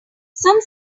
some